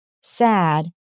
SAD